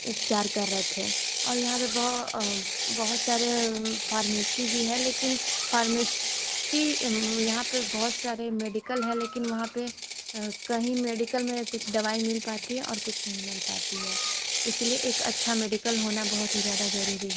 उपचार कर रहे थे और यहाँ पर बहो बहुत सारी फ़ार्मेसी भी है लेकिन फ़ार्मेशी यहाँ पर बहुत सारे मेडिकल हैं लेकिन वहाँ पर कहीं मेडिकल में कुछ दवाई मिल पाती है और कुछ नहीं मिल पाती है इस लिए एक अच्छा मेडिकल होना बहुत ही ज़्यादा ज़रूरी है